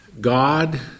God